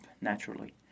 naturally